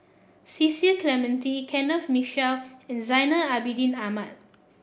Cecil Clementi Kenneth Mitchell and Zainal Abidin Ahmad